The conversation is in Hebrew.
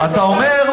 אתה אומר,